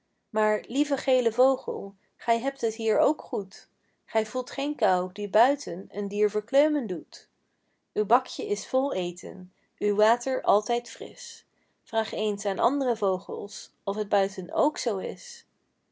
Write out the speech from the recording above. maar lieve gele vogel gij hebt het hier ook goed gij voelt geen kou die buiten een dier verkleumen doet uw bakjen is vol eten uw water altijd frisch vraag eens aan and're vogels of t buiten k zoo is